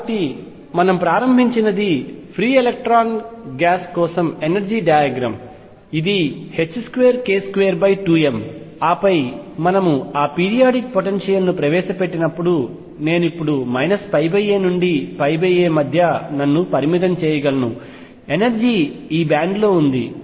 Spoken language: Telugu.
కాబట్టి మనము ప్రారంభించినది ఫ్రీ ఎలక్ట్రాన్ గ్యాస్ కోసం ఎనర్జీ డయాగ్రామ్ ఇది 2k22m ఆపై మనము ఆ పీరియాడిక్ పొటెన్షియల్ ను ప్రవేశపెట్టినప్పుడు నేను ఇప్పుడు πa నుండి πa మధ్య నన్ను పరిమితం చేయగలను ఎనర్జీ ఈ బ్యాండ్ లో ఉంది